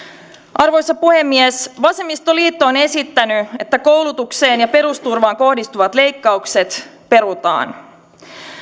arvoisa puhemies vasemmistoliitto on esittänyt että koulutukseen ja perusturvaan kohdistuvat leikkaukset perutaan